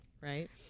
right